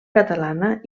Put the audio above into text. catalana